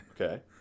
Okay